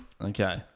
Okay